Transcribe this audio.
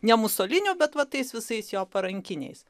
ne musoliniu bet va tais visais jo parankiniais